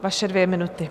Vaše dvě minuty.